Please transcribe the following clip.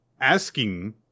asking